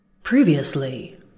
Previously